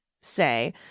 say